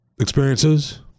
experiences